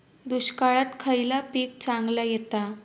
दुष्काळात खयला पीक चांगला येता?